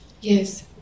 Yes